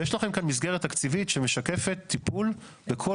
יש לכם כאן מסגרת תקציבית שמשקפת טיפול בכל